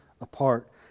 apart